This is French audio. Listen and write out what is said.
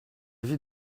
vie